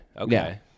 Okay